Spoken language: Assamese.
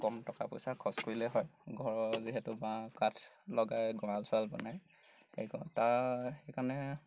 কম টকা পইচা খৰচ কৰিলে হয় ঘৰৰ যিহেতু বাঁহ কাঠ লগাই গড়াঁল চৱাল বনাই সেইকাৰণে